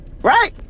Right